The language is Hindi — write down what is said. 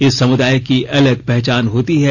इस समुदाय की अलग पहचान होती है